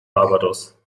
barbados